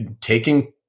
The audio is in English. taking